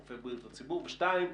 רופאי בריאות הציבור, ושתיים,